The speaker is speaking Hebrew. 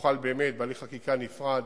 תוכל באמת בהליך חקיקה נפרד